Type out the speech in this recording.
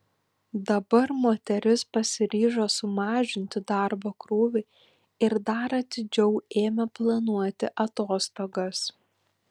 dabar moteris pasiryžo sumažinti darbo krūvį ir dar atidžiau ėmė planuoti atostogas